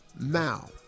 Now